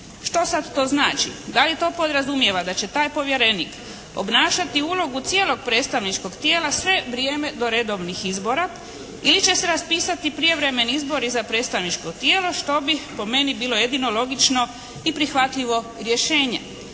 Što sad to znači? Da li to podrazumijeva da će taj povjerenik obnašati ulogu cijelog predstavničkog tijela sve vrijeme do redovnih izbora ili će se raspisati prijevremeni izbori za predstavničko tijelo što bi po meni bilo jedino logično i prihvatljivo rješenje.